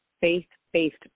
faith-based